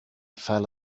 fell